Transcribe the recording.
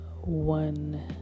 one